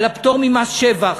על הפטור ממס שבח.